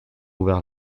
ouvert